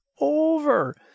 over